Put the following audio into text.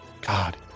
God